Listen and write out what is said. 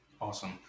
Awesome